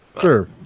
Sure